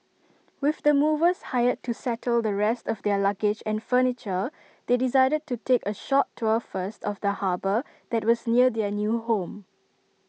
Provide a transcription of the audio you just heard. with the movers hired to settle the rest of their luggage and furniture they decided to take A short tour first of the harbour that was near their new home